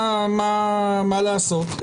מה לעשות?